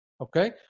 okay